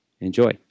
enjoy